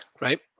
Right